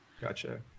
Gotcha